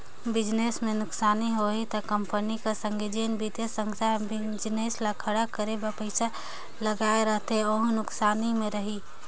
business में नुकसानी होही ता कंपनी कर संघे जेन बित्तीय संस्था हर बिजनेस ल खड़ा करे बर पइसा लगाए रहथे वहूं नुकसानी में रइही